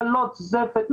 דלות זפת,